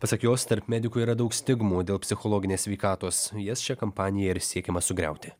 pasak jos tarp medikų yra daug stigmų dėl psichologinės sveikatos jas šia kampanija ir siekiama sugriauti